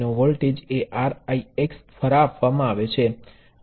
તમે આને વોલ્ટેજ નિયંત્રિત વોલ્ટેજ સ્રોતના પ્રતિરૂપ તરીકે વિચારી શકો છો